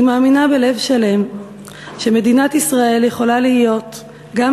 אני מאמינה בלב שלם שמדינת ישראל יכולה להיות גם